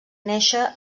néixer